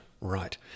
right